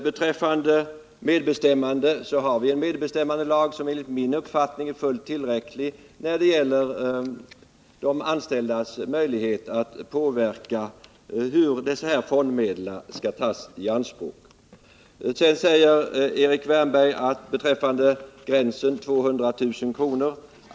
Beträffande frågan om medbestämmandet vill jag peka på att vi har en medbestämmandelag, som enligt min uppfattning är fullt tillräcklig när det gäller de anställdas möjlighet att påverka hur dessa fondmedel skall tas i anspråk. Vidare säger herr Wärnberg beträffande frågan om gränsen skall sättas vid 200 000 kr.